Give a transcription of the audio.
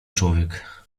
człowiek